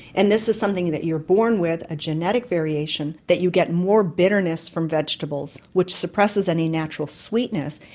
and this is something that you're born with, a genetic variation, that you get more bitterness from vegetables, which suppresses any natural sweetness,